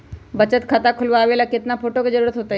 बचत खाता खोलबाबे ला केतना फोटो के जरूरत होतई?